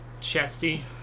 chesty